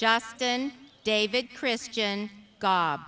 justin david christian